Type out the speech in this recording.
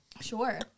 Sure